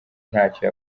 ntacyo